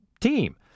team